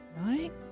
right